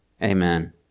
Amen